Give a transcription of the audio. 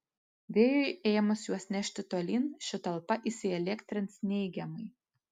vėjui ėmus juos nešti tolyn ši talpa įsielektrins neigiamai